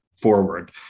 forward